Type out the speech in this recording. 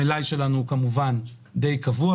המלאי שלנו די קבוע,